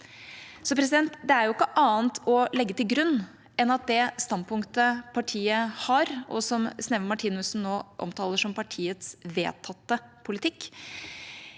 Så det er ikke noe annet å legge til grunn enn at det standpunktet partiet har, og som Sneve Martinussen nå omtaler som partiets vedtatte politikk,